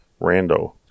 rando